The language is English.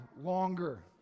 longer